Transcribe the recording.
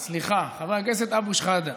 אבו שחאדה, סליחה, חבר הכנסת אבו שחאדה.